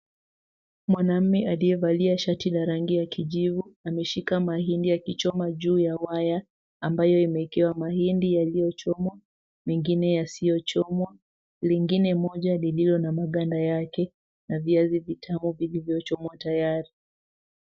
Mwanamume aliyevalia shati la rangi ya kijivu ameshika mahindi akichoma juu ya waya ambayo yameekewa mahindi yalichomwa mengine yasiyochomwa lingine moja lililo na maganda yake na viazi vitamu vilivyochomwa tayari.